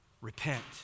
Repent